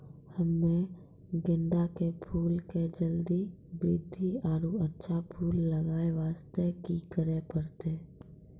हम्मे गेंदा के फूल के जल्दी बृद्धि आरु अच्छा फूल लगय वास्ते की करे परतै?